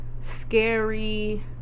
Scary